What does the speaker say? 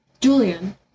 Julian